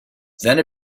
then